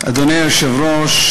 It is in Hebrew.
אדוני היושב-ראש,